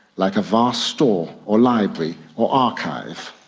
like a vast store or library or archive,